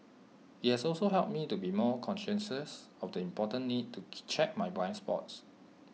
IT has also helped me to be more conscious of the important need to check my blind spots